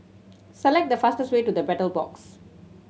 select the fastest way to The Battle Box